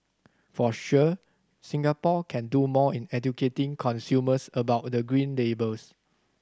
for sure Singapore can do more in educating consumers about the Green Labels